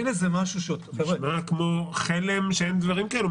נשמע כמו חלם שאין דברים כאלו.